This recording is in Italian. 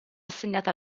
assegnata